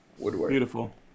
Beautiful